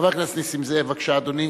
חבר הכנסת נסים זאב, בבקשה, אדוני.